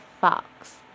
fox